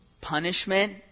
punishment